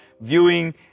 viewing